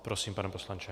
Prosím, pane poslanče.